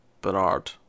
Bernard